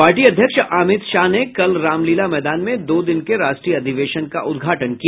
party अध्यक्ष अमित शाह ने कल रामलीला मैदान में दो दिन के राष्ट्रीय अधिवेशन का उद्घाटन किया